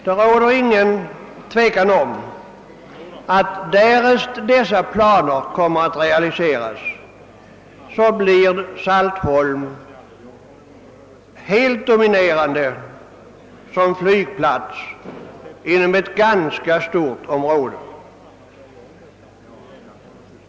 Det råder ingen tvekan om att Saltholm, därest dessa planer kommer att realiseras, blir den helt dominerande flygplatsen inom ett ganska stort område.